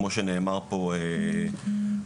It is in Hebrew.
כמו שנאמר פה קודם,